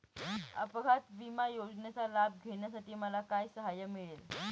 अपघात विमा योजनेचा लाभ घेण्यासाठी मला काय सहाय्य मिळेल?